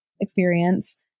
experience